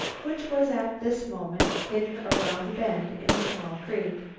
which was at this moment hidden around the bend in a small creek,